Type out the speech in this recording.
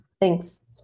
Thanks